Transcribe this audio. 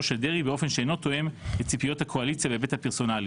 של דרעי באופן שאינו תואם את ציפיות הקואליציה בהיבט הפרסונלי.